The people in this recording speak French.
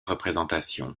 représentation